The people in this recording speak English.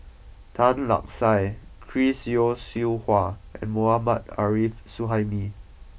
Tan Lark Sye Chris Yeo Siew Hua and Mohammad Arif Suhaimi